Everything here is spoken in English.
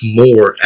more